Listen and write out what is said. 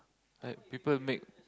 like people make